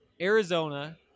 Arizona